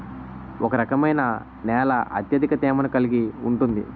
ఏ రకమైన నేల అత్యధిక తేమను కలిగి ఉంటుంది?